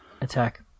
attack